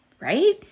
Right